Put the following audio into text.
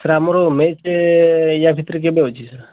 sir ଆମର match ୟା ଭିତରେ କେବେ ଅଛି ସାର୍